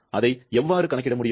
அதை எவ்வாறு கணக்கிட முடியும்